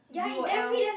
U_O_L